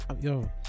yo